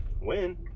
win